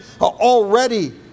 already